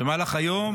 במהלך היום.